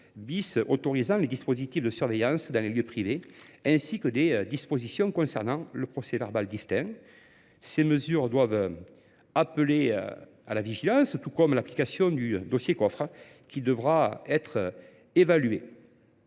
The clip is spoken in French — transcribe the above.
bis autorisant les dispositifs de surveillance dans les lieux privés ainsi que des dispositions concernant le procès verbal distinct. Ces mesures doivent appeler à la vigilance, tout comme l'application du dossier qu'offre, qui devra être évaluée